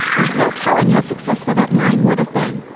there's no telling how successful that line would have been.